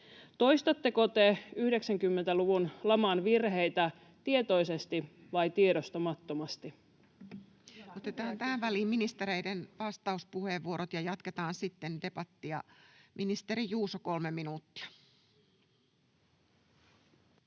Toistatteko te 90-luvun laman virheitä tietoisesti vai tiedostamattomasti? Otetaan tähän väliin ministereiden vastauspuheenvuorot, ja jatketaan sitten debattia. — Ministeri Juuso, kolme minuuttia.